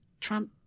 Trump